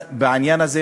במיוחד בעניין הזה.